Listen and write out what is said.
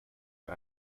are